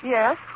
Yes